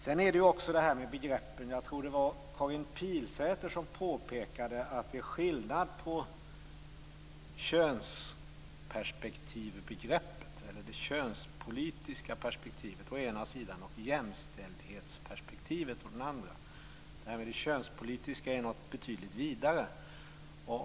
Sedan är det också det här med begreppen. Jag tror att det var Karin Pilsäter som påpekade att det är skillnad på det könspolitiska perspektivet å ena sidan och jämställdhetsperspektivet å andra sidan. Det här med det könspolitiska är något betydligt vidare.